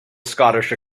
scottish